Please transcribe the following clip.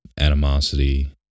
animosity